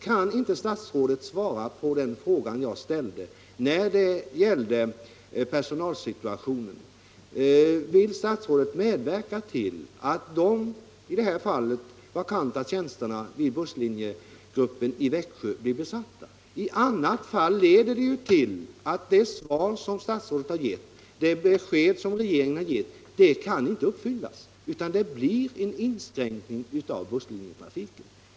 Kan inte statsrådet svara på den fråga jag ställde beträffande personalsituationen, nämligen följande: Vill statsrådet medverka till att de aktuella vakanta tjänsterna inom busslinjegruppen i Växjö blir besatta? I annat fall förpliktar ju det besked regeringen givit inte till något, utan det blir en inskränkning av busslinjetrafiken.